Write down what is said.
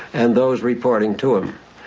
and those reporting to him,